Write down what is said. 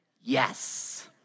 Yes